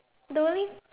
the only